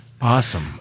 Awesome